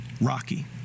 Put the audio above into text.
rocky